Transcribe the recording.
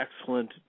excellent